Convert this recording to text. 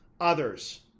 others